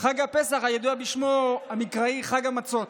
חג הפסח, הידוע בשמו המקראי "חג המצות",